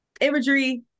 imagery